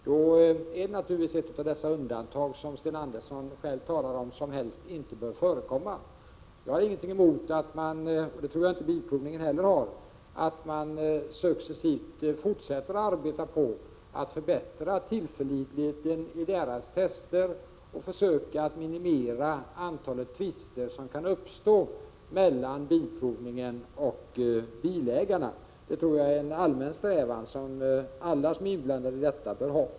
Det är då naturligtvis ett av dessa undantag som Sten Andersson själv talar om och som helst inte bör förekomma. Jag har ingenting emot — och det tror jag inte att Svensk Bilprovning har heller — att man successivt fortsätter att arbeta med att förbättra tillförlitligheten i testerna och försöka minimera antalet tvister som kan uppstå mellan Svensk Bilprovning och bilägarna. Det är en allmän strävan som alla inblandade bör ha.